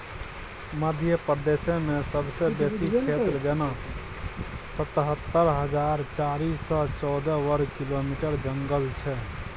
मध्य प्रदेशमे सबसँ बेसी क्षेत्र जेना सतहत्तर हजार चारि सय चौदह बर्ग किलोमीटरमे जंगल छै